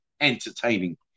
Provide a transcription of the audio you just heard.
entertaining